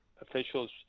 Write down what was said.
officials